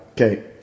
Okay